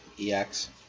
EX